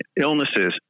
illnesses